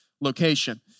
location